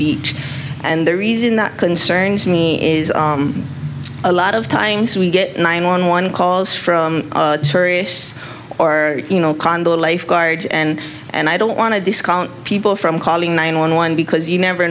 beat and the reason that concerns me is a lot of times we get nine one one calls from serious or you know condo life guard and and i don't want to discount people from calling nine one one because you never